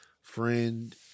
friend